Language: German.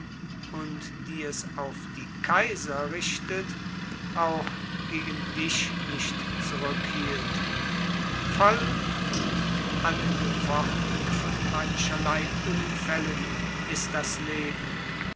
und die es auf die kaiser richtet auch gegen dich nicht zurückhielt voll und angefochten von mancherlei unfällen ist das leben